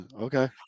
Okay